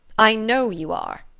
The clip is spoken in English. i know you are.